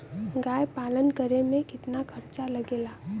गाय पालन करे में कितना खर्चा लगेला?